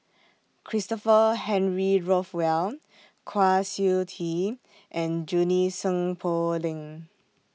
Christopher Henry Rothwell Kwa Siew Tee and Junie Sng Poh Leng